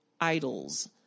idols